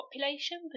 population